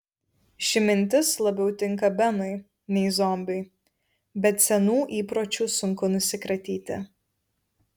ši mintis labiau tinka benui nei zombiui bet senų įpročių sunku nusikratyti